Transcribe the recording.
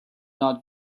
not